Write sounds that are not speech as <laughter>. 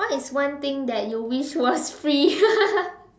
what is one thing that you wish was free <laughs>